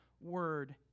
word